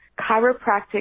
chiropractic